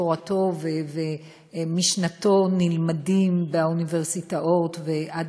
שתורתו ומשנתו נלמדות באוניברסיטאות ועד